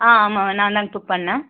ஆ ஆமாம் நாந்தான் புக் பண்ணேன்